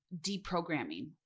deprogramming